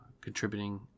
contributing